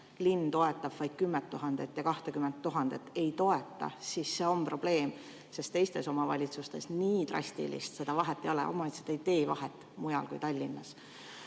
linn toetab vaid 10 000 last ja 20 000 ei toeta, siis see on probleem, sest teistes omavalitsustes nii drastilist vahet ei ole, omavalitsused ei tee vahet mujal kui Tallinnas. Aga